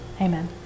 Amen